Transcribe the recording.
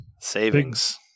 Savings